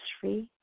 free